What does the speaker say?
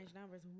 numbers